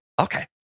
Okay